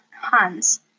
Hans